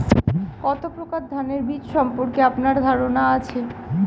কত প্রকার ধানের বীজ সম্পর্কে আপনার ধারণা আছে?